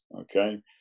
Okay